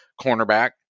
cornerback